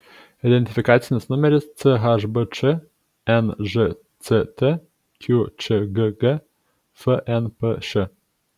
identifikacinis numeris chbč nžct qčgg fnpš